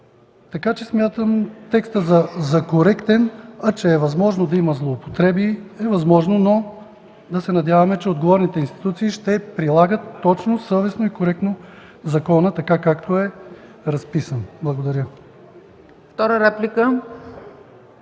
разбирам. Смятам текста за коректен. Възможно е да има злоупотреби, но да се надяваме, че отговорните институции ще прилагат точно, съвестно и коректно закона така, както е разписан. Благодаря.